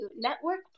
Network